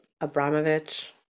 Abramovich